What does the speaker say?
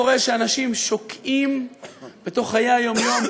קורה שאנשים שוקעים בתוך חיי היום-יום,